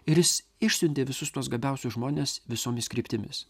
ir jis išsiuntė visus tuos gabiausius žmones visomis kryptimis